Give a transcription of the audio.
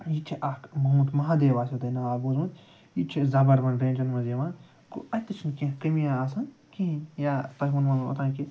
یہِ تہِ چھِ اَکھ موٹ مہادیو آسوٕ تۄہہِ ناو بوٗزمُت یہِ تہِ چھِ زبروَن رینجَن منٛز یِوان گوٚو اَتہِ تہِ چھِنہٕ کیٚنٛہہ کٔمۍ یا آسان کِہیٖنۍ یا تۄہہِ ووٚنمُو مےٚ اوٚتانۍ کہِ